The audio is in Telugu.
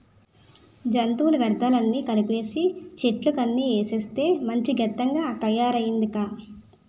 జంతువుల వ్యర్థాలన్నీ కలిపీసీ, చెట్లాకులన్నీ ఏసేస్తే మంచి గెత్తంగా తయారయిందక్కా